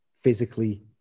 physically